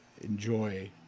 enjoy